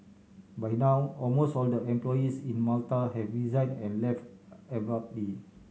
by now almost all the employees in Malta have resign and left abruptly